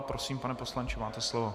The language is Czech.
Prosím, pane poslanče, máte slovo.